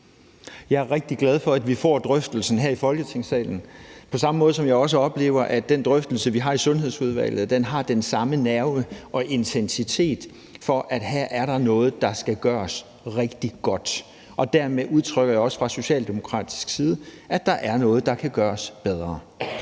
Jeg er rigtig glad for, at vi får drøftelsen her i Folketingssalen, og på samme måde oplever jeg, at den drøftelse, vi har i Sundhedsudvalget, har den samme nerve og intensitet, i forhold til at der her er noget, der skal gøres rigtig godt. Dermed udtrykker jeg også fra socialdemokratisk side, at der er noget, der kan gøres bedre.